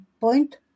point